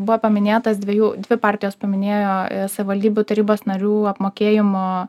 buvo paminėtas dviejų dvi partijos paminėjo savivaldybių tarybos narių apmokėjimo